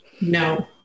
No